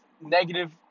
negative